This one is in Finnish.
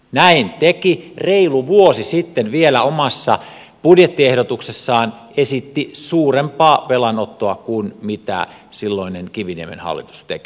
näin se teki reilu vuosi sitten vielä omassa budjettiehdotuksessaan se esitti suurempaa velanottoa kuin mitä silloinen kiviniemen hallitus teki